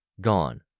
gone